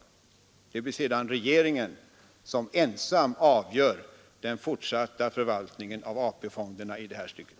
Det blir sedan regeringen ensam som avgör den fortsatta förvaltningen av AP-fonderna i det här stycket.